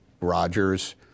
Rogers